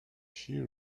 she